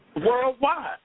worldwide